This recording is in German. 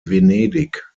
venedig